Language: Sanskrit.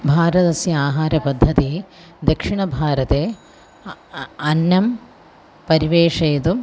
भारतस्य आहारपद्धतिः दक्षिणभारते अन्नं परिवेशयतु